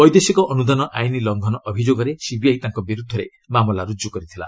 ବୈଦେଶିକ ଅନୁଦାନ ଆଇନ୍ ଲଙ୍ଘନ ଅଭିଯୋଗରେ ସିବିଆଇ ତାଙ୍କ ବିରୁଦ୍ଧରେ ମାମଲା ରୁଜୁ କରିଥିଲା